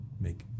make